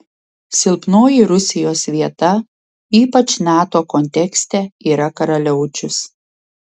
silpnoji rusijos vieta ypač nato kontekste yra karaliaučius